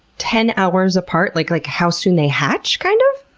ten hours apart, like like how soon they hatch, kind of?